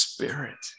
Spirit